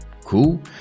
Cool